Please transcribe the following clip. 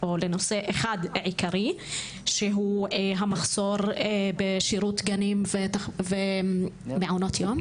נושא אחד עיקרי שהוא המחסור בשירות גנים ומעונות יום.